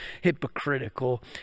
hypocritical